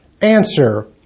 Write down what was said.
Answer